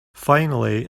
finally